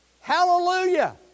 Hallelujah